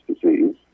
disease